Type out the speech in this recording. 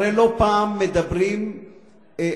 הרי לא פעם מדברים עלינו,